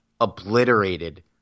obliterated